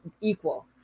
equal